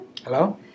Hello